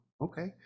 Okay